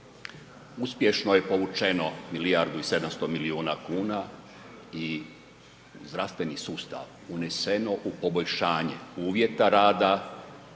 uspješno je povućeno milijardu i 700 milijuna kuna i u zdravstveni sustav uneseno u poboljšanje uvjeta rada